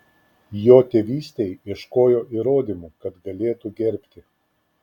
jo tėvystei ieškojo įrodymų kad galėtų gerbti